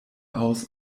aus